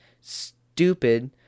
stupid